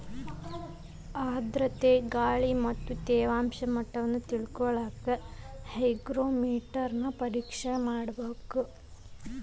ಆರ್ಧ್ರತೆ ಗಾಳಿ ಮತ್ತ ತೇವಾಂಶ ಮಟ್ಟವನ್ನ ತಿಳಿಕೊಳ್ಳಕ್ಕ ಹೈಗ್ರೋಮೇಟರ್ ನ ಉಪಯೋಗಿಸ್ತಾರ